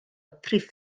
prif